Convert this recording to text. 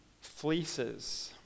fleeces